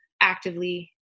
actively